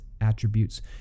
attributes